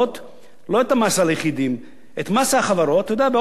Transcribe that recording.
לא את המס על היחידים, את מס החברות, בעוד 3%-2%?